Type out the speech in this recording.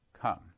Come